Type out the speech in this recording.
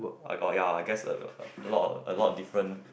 I got ya I guess a lot a lot different